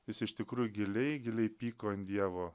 jis iš tikrųjų giliai giliai pyko ant dievo